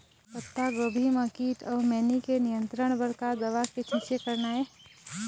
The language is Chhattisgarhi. पत्तागोभी म कीट अऊ मैनी के नियंत्रण बर का दवा के छींचे करना ये?